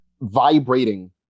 vibrating